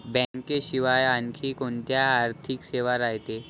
बँकेशिवाय आनखी कोंत्या आर्थिक सेवा रायते?